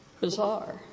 Bizarre